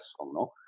no